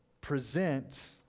present